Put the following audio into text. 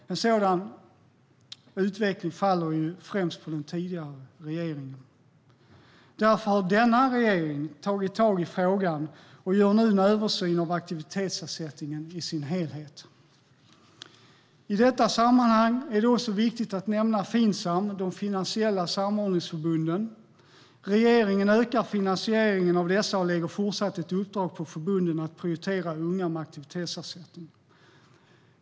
En sådan utveckling faller ju främst på den tidigare regeringen. Därför har denna regering tagit tag i frågan och gör nu en översyn av aktivitetsersättningen i sin helhet. I detta sammanhang är det också viktigt att nämna Finsam, de finansiella samordningsförbunden. Regeringen ökar finansieringen av dessa och lägger fortsatt ett uppdrag på förbunden att prioritera unga med aktivitetsersättning.